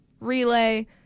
relay